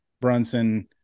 Brunson